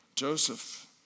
Joseph